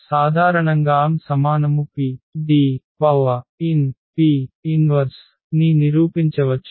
సాధారణంగాAn PDnP 1 ని నిరూపించవచ్చు